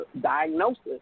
diagnosis